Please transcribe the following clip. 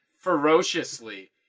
ferociously